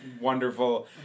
wonderful